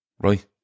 right